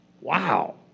Wow